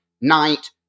Night